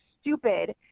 stupid